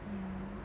ya